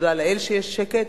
ותודה לאל שיש שקט,